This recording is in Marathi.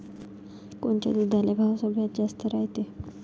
कोनच्या दुधाले भाव सगळ्यात जास्त रायते?